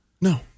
No